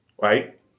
Right